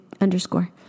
underscore